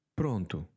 pronto